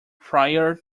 prior